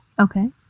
Okay